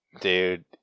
Dude